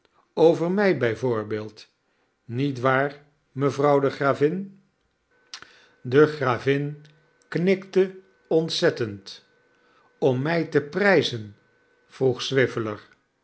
over mij bij voorbeeld niet waar mevrouw de gravin de gravin knikte ontzettend om mij te prijzen vroeg